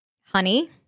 honey